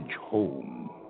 home